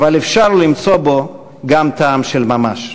אבל אפשר למצוא בו גם טעם של ממש.